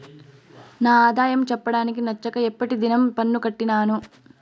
నా ఆదాయం చెప్పడానికి నచ్చక ఎప్పటి దినం పన్ను కట్టినాను